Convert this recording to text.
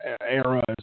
Era